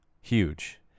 huge